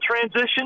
transition